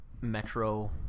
metro